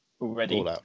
already